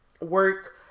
work